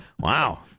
Wow